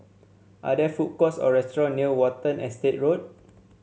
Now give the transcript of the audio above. are there food courts or restaurant near Watten Estate Road